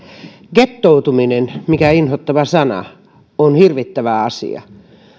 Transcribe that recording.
gettoutuminen mikä inhottava sana on hirvittävä asia